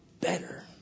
better